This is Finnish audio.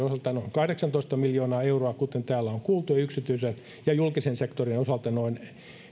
kahdeksantoista miljoonaa euroa kuten täällä on kuultu ja julkisen sektorin osalta reilu neljä